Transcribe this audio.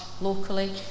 locally